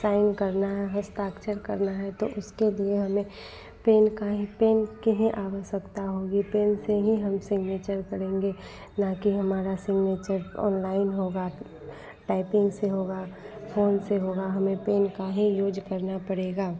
sign करना है हस्ताक्षर करना है तो उसके लिए हमें पेन का ही पेन की ही आवश्यकता होगी पेन से ही हम सिग्नेचर करेंगे न कि हमारा सिग्नेचर ऑनलाइन होगा टाइपिंग से होगा फ़ोन से होगा हमें पेन का ही यूज करना पड़ेगा